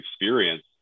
experience